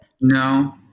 No